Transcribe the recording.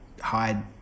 hide